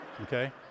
Okay